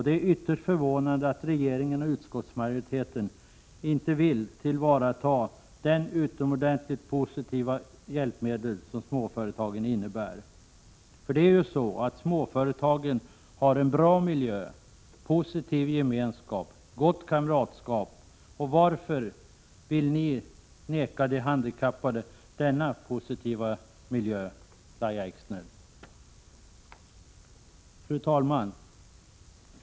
Det är ytterst förvånande att regeringen och utskottsmajoriteten inte vill tillvarata det utomordentligt positiva hjälpmedel som småföretagen innebär. Hos småföretagen finns bra miljö, positiv gemenskap och gott kamratskap. Varför vill ni förvägra de handikappade denna positiva miljö, Lahja Exner? Fru talman!